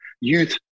youth